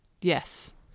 Yes